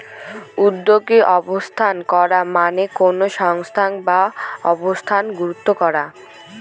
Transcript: উদ্যোগী ব্যবস্থা করা মানে কোনো সংস্থা বা ব্যবসা শুরু করা